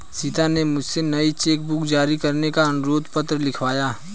सीता ने मुझसे नई चेक बुक जारी करने का अनुरोध पत्र लिखवाया